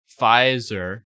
Pfizer